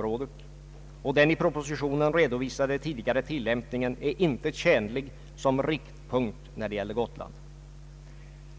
och ro återvinna hälsan.